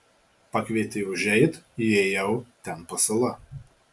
pakvietė užeit įėjau ten pasala